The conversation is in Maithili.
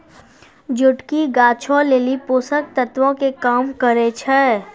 जोटकी गाछो लेली पोषक तत्वो के काम करै छै